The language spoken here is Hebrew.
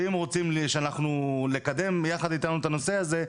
שאם רוצים לקדם יחד איתנו את הנושא הזה,